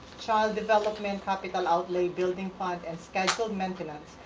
child development, capital outlay, building fund, and scheduled maintenance.